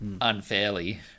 unfairly